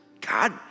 God